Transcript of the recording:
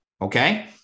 okay